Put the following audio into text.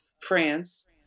France